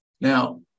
Now